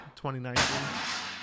2019